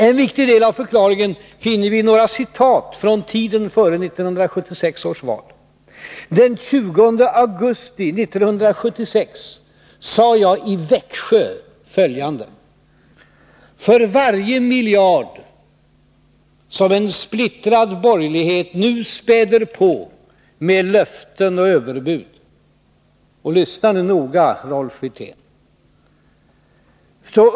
En viktig del av förklaringen finner man i några citat från tiden före 1976 års val. Den 20 augusti 1976 sade jag i Växjö följande: ”För varje miljard som en splittrad borgerlighet nu späder på med löften och överbud” — och lyssna nu noga, Rolf Wirtén!